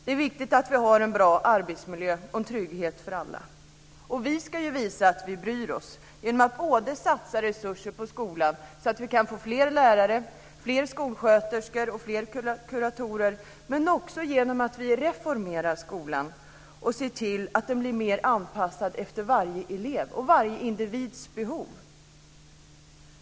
Det är viktigt att vi har en bra arbetsmiljö och en trygghet för alla. Vi ska visa att vi bryr oss genom att satsa resurser på skolan så att vi kan få fler lärare, fler skolsköterskor och fler kuratorer men också genom att vi reformerar skolan och ser till att den blir mer anpassad efter varje elev och varje individs behov.